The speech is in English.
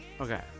Okay